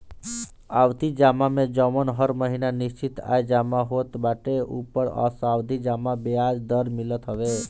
आवर्ती जमा में जवन हर महिना निश्चित आय जमा होत बाटे ओपर सावधि जमा बियाज दर मिलत हवे